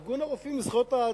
ארגון "רופאים לזכויות אדם"